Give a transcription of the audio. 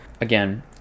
Again